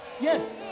Yes